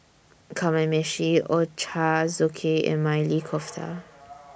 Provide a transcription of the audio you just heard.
Kamameshi Ochazuke and Maili Kofta